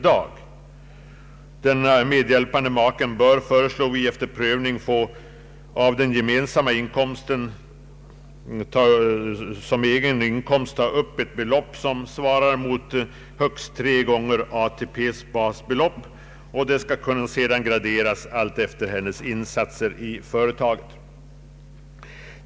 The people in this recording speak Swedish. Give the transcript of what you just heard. Den medhjälpande makan bör, föreslår vi, efter prövning få av den gemensamma inkomsten som egen inkomst ta upp ett belopp som svarar mot högst tre gånger ATP:s basbelop, varvid en gradering skall kunna göras alltefter hennes insatser i företaget.